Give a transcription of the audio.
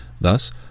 Thus